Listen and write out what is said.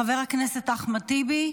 חבר הכנסת אחמד טיבי,